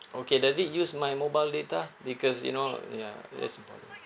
okay does it use my mobile data because you know ya that's important